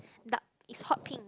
dark is hot pink